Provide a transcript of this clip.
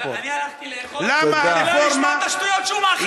אני הלכתי לאכול כדי לא לשמוע את השטויות שהוא מאכיל את הציבור.